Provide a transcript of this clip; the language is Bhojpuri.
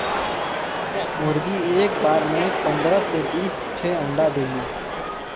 मुरगी एक बार में पन्दरह से बीस ठे अंडा देली